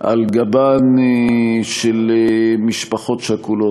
על גבן של משפחות שכולות,